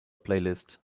playlist